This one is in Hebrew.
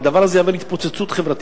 והדבר הזה יביא להתפוצצות חברתית.